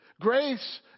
Grace